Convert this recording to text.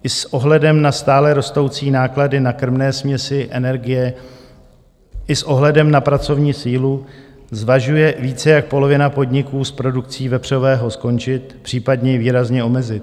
I s ohledem na stále rostoucí náklady na krmné směsi, energie i s ohledem na pracovní sílu zvažuje více jak polovina podniků s produkcí vepřového skončit, případně ji výrazně omezit.